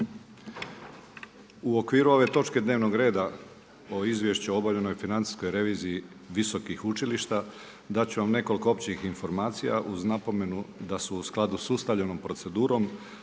U okviru ove točke dnevnog reda o Izvješću o obavljenoj financijskoj reviziji visokih učilišta dat ću vam nekoliko općih informacija uz napomenu da su u skladu s ustaljenom procedurom